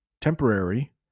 temporary